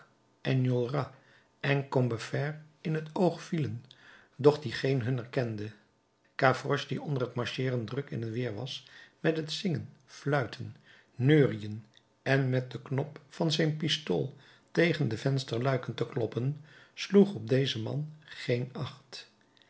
enjolras en combeferre in t oog vielen doch dien geen hunner kende gavroche die onder t marcheeren druk in de weer was met zingen fluiten neuriën en met den knop van zijn pistool tegen de vensterluiken te kloppen sloeg op dezen man geen acht